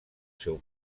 seu